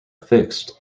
fixed